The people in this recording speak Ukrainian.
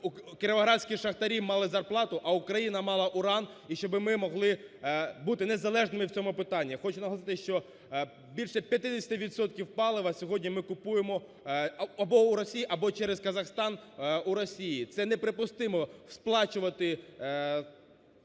кіровоградські шахтарі мали зарплату, а Україна мала уран і щоби ми могли бути незалежними в цьому питанні. Хочу наголосити, що більше 50 відсотків палива сьогодні ми купуємо або у Росії, або через Казахстан у Росії. Це неприпустимо сплачувати